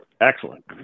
Excellent